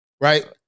Right